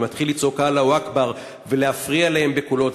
ומתחיל לצעוק "אללהו אכבר" ולהפריע להם בקולות,